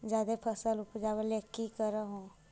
जादे फसल उपजाबे ले की कर हो?